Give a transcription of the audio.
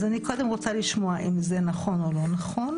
אז אני קודם רוצה לשמוע אם זה נכון או לא נכון,